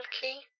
key